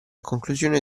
conclusione